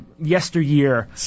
yesteryear